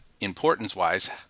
importance-wise